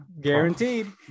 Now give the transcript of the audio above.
guaranteed